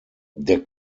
der